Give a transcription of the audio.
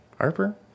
Harper